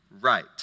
right